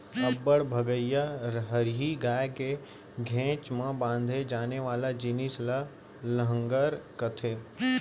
अब्बड़ भगइया हरही गाय के घेंच म बांधे जाने वाले जिनिस ल लहँगर कथें